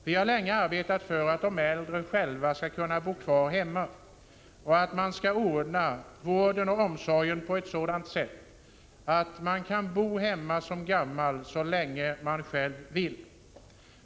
Vi har länge arbetat för att de äldre skall kunna bo kvar hemma och att man skall ordna vården och omsorgen på ett sådant sätt att man som gammal kan bo hemma så länge man själv vill.